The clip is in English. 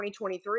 2023